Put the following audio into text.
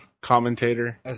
commentator